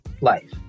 life